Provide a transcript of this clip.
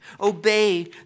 Obey